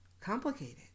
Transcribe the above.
complicated